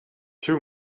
two